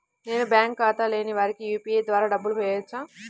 నేను బ్యాంక్ ఖాతా లేని వారికి యూ.పీ.ఐ ద్వారా డబ్బులు వేయచ్చా?